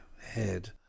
head